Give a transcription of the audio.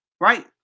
right